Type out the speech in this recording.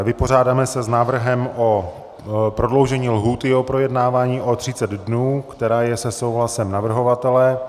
Vypořádám se s návrhem na prodloužení lhůty u projednávání o 30 dnů, která je se souhlasem navrhovatele.